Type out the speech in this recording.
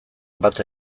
bat